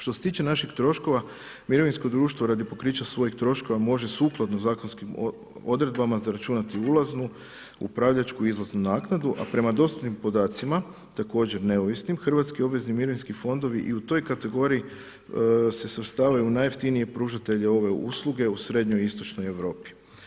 Što se tiče naših troškova, mirovinsko društvo radi pokrića svojih troškova može sukladno zakonskim odredbama zaračunati ulaznu, upravljačku i izlaznu naknadu, a prema dostatnim podacima, također neovisnim, Hrvatski obvezni mirovinski fondovi i u toj kategoriji se svrstavaju u najjeftinije pružatelje ove usluge u srednjoj i istočnoj Europi.